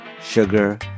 sugar